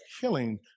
killing